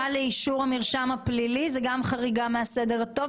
למרשם פלילי זאת גם חריגה מהסדר הטוב,